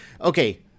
Okay